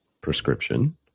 prescription